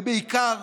ובעיקר,